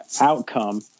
outcome